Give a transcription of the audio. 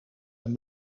een